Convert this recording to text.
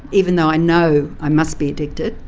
even though i know i must be addicted.